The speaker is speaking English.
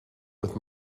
with